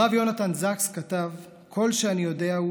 הרב יונתן זקס כתב: "כל שאני יודע הוא